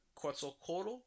Quetzalcoatl